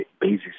basis